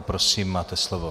Prosím, máte slovo.